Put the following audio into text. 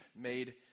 made